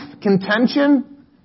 contention